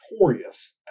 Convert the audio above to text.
notorious